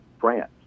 France